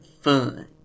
fun